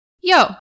Yo